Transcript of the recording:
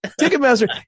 Ticketmaster